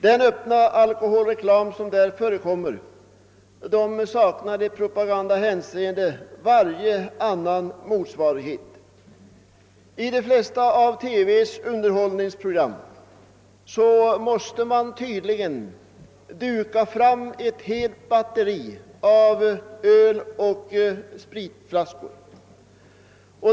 Den öppna alkoholreklam som där framträder har i propagandahänseende ingen annan motsvarighet. I de flesta av TV:s underhållningsprogram måste man tydligen duka fram ett helt batteri av öloch spritflaskor.